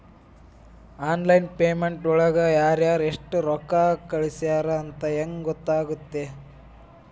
Online payment ಒಳಗಡೆ ಯಾರ್ಯಾರು ಎಷ್ಟು ರೊಕ್ಕ ಕಳಿಸ್ಯಾರ ಅಂತ ಹೆಂಗ್ ಗೊತ್ತಾಗುತ್ತೆ?